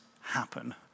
happen